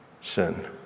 sin